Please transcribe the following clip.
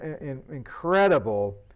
incredible